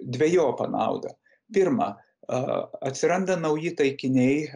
dvejopą naudą pirma a atsiranda nauji taikiniai